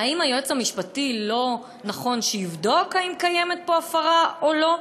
האם לא נכון שהיועץ המשפטי יבדוק אם קיימת פה הפרה או לא?